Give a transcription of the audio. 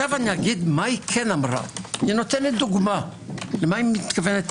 היא נותנת דוגמה למה היא מתכוונת.